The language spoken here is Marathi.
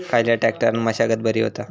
खयल्या ट्रॅक्टरान मशागत बरी होता?